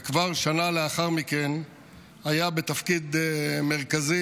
וכבר שנה לאחר מכן היה בתפקיד מרכזי.